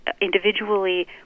individually